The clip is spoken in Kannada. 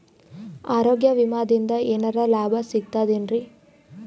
ಆರೋಗ್ಯ ವಿಮಾದಿಂದ ಏನರ್ ಲಾಭ ಸಿಗತದೇನ್ರಿ?